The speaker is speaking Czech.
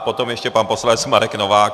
Potom ještě pan poslanec Marek Novák.